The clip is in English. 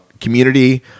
community